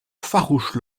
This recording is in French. farouche